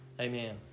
Amen